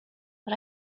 but